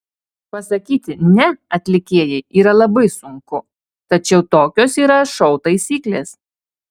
pasakyti ne atlikėjai yra labai sunku tačiau tokios yra šou taisyklės